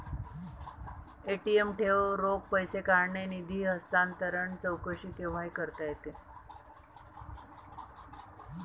ATM ठेव, रोख पैसे काढणे, निधी हस्तांतरण, चौकशी केव्हाही करता येते